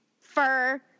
fur